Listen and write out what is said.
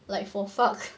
like for fuck